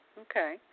Okay